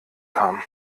kamen